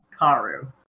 Karu